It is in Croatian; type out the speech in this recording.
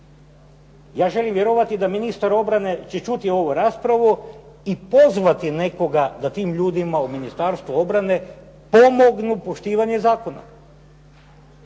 Ja želim vjerovati da ministar obrane će čuti ovu raspravu i pozvati nekoga da tim ljudima u Ministarstvu obrane pomognu poštivanje zakona.